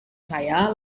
saya